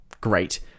great